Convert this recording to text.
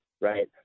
right